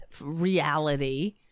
reality